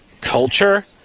culture